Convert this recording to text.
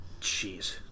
Jeez